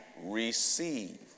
receive